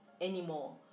anymore